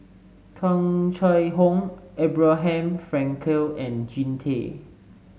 Tung Chye Hong Abraham Frankel and Jean Tay